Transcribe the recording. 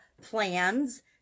plans